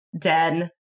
den